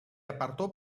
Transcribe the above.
apartó